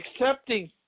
accepting